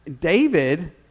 David